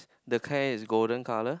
the hair is golden colour